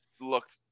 looked